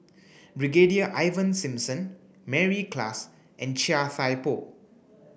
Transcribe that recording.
Brigadier Ivan Simson Mary Klass and Chia Thye Poh